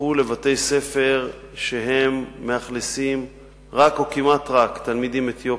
הפכו לבתי-ספר שמאכלסים רק או כמעט רק תלמידים אתיופים,